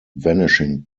vanishing